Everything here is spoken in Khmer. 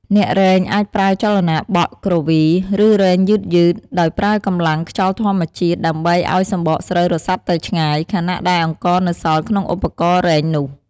អ្នករែងអាចប្រើចលនាបក់ គ្រវី ឬរែងយឺតៗ ដោយប្រើកម្លាំងខ្យល់ធម្មជាតិដើម្បីឱ្យសម្បកស្រូវរសាត់ទៅឆ្ងាយ ខណៈដែលអង្ករនៅសល់ក្នុងឧបករណ៍រែងនោះ។